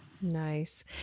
nice